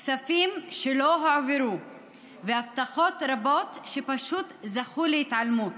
כספים שלא הועברו והבטחות רבות שפשוט זכו להתעלמות.